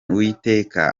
uwiteka